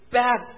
bad